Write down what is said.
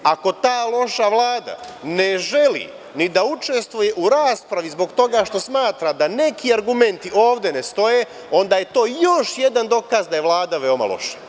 Ako ta loša Vlada ne želi ni da učestvuje u raspravi zbog toga što smatra da neki argumenti ovde ne stoje, onda je to još jedan dokaz da je Vlada veoma loša.